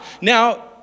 Now